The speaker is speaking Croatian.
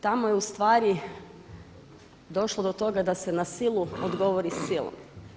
Tamo je ustvari došlo do toga da se na silu odgovori silom.